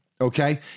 okay